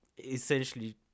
essentially